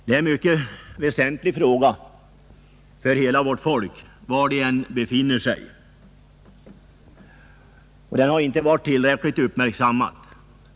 Det är en mycket väsentlig fråga för hela vårt folk och den har inte blivit tillräckligt uppmärksammad.